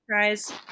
guys